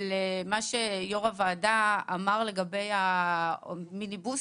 למה שיו"ר הוועדה אמר לגבי המיניבוסים